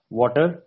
water